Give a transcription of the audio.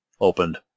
opened